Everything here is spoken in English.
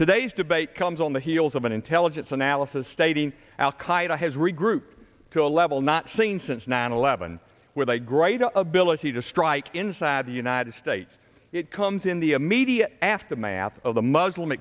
today's debate comes on the heels of an intelligence analysis stating al qaeda has regrouped to a level not seen since nine eleven with a greater ability to strike inside the united states it comes in the immediate aftermath of the muslim